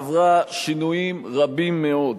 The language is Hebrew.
עברה שינויים רבים מאוד,